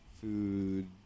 food